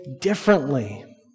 differently